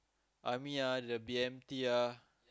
army ah the B_M_T ah